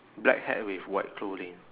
black hat with white clothing